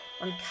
on